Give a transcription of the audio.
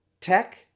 Tech